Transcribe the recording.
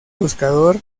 buscador